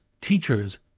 teachers